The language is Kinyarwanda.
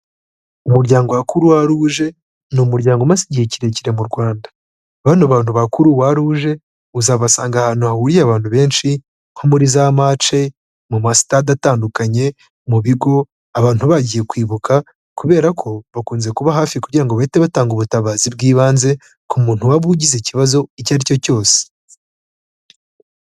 Umuryango wa Coix rouge, ni umuryango umaze igihe kirekire mu Rwanda. Bano bantu ba Croix rouge uzabasanga ahantu hahuriye abantu benshi, nko muri za mace, mu masitade atandukanye, mu bigo, abantu bagiye kwibuka, kubera ko bakunze kuba hafi kugira ngo bahite batanga ubutabazi bw'ibanze, ku muntu waba ugize ikibazo icyo ari cyo cyose.